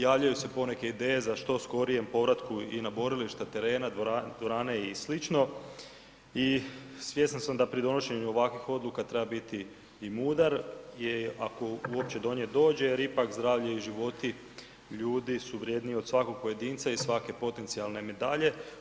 Javljaju se poneke ideje za što skorijem povratku i na borilišta, terena, dvorane i sl. i svjestan sam da pri donošenju ovakvih odluka treba biti i mudar i ako uopće do nje dođe jer ipak zdravlje i životi ljudi su vrjedniji od svakog pojedinca i svake potencijalne medalje.